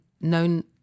known